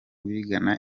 bigana